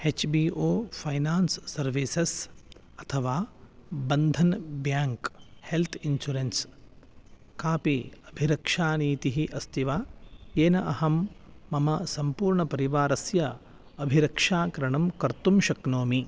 H B O finance services अथवा Bandhan bank health insurance कापि अभिरक्षानीतिः अस्ति वा येन अहं मम सम्पूर्णपरिवारस्य अभिरक्षाकरणं कर्तुं शक्नोमि